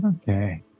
okay